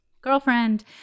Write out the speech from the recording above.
girlfriend